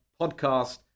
podcast